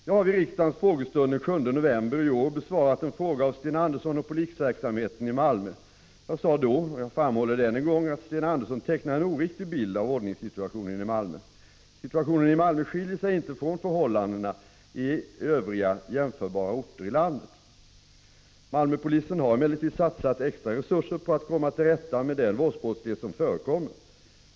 Jag har vid riksdagens frågestund den 7 november i år besvarat en fråga av Sten Andersson om polisverksamheten i Malmö. Jag sade då, och jag framhåller det än en gång, att Sten Andersson tecknar en oriktig bild av ordningssituationen i Malmö. Situationen i Malmö skiljer sig inte från förhållandena i övriga jämförbara orter i landet. Malmöpolisen har emellertid satsat extra resurser på att komma till rätta med den våldsbrottslighet som förekommer.